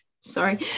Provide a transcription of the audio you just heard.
sorry